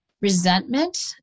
resentment